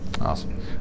Awesome